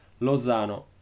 Lozano